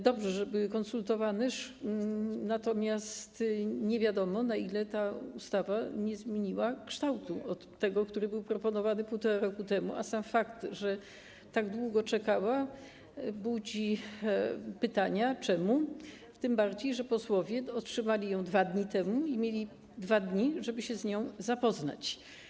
Dobrze, że były konsultowane, natomiast nie wiadomo, na ile ta ustawa nie zmieniła kształtu w stosunku do tego, który był proponowany 1,5 roku temu, a sam fakt, że tak długo czekała, budzi pytanie dlaczego, tym bardziej że posłowie otrzymali ją 2 dni temu i mieli 2 dni, żeby się z nią zapoznać.